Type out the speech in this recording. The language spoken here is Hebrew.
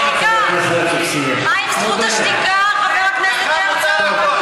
מה עם זכות השתיקה, חבר הכנסת הרצוג?